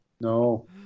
No